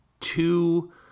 two